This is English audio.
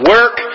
Work